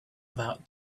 about